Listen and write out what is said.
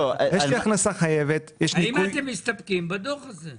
יש לי הכנסה חייבת --- האם אתם מסתפקים בדוח הזה?